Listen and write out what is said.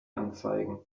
anzeigen